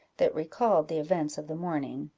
that recalled the events of the morning,